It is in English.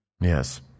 yes